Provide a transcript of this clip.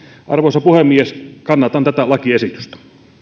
arvoisa puhemies kannatan tätä lakiesitystä